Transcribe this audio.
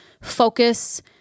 focus